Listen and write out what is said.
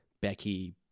Becky